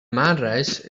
maanreis